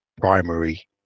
primary